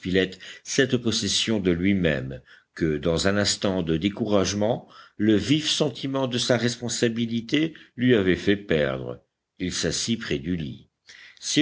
cette possession de luimême que dans un instant de découragement le vif sentiment de sa responsabilité lui avait fait perdre il s'assit près du lit